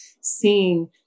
seeing